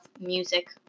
music